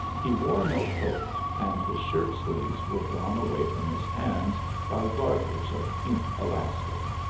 he wore no coat and his shirt-sleeves were drawn away from his hands by garters of pink elastic,